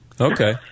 Okay